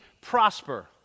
prosper